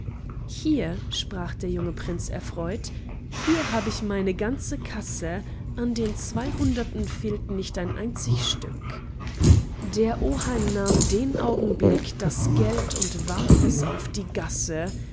hier sprach der junge prinz erfreut hier hab ich meine ganze kasse an den zweihunderten fehlt nicht ein einzig stück der oheim nahm den augenblick das geld und warf es auf die gasse